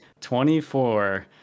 24